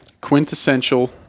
quintessential